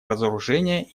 разоружения